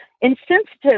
insensitive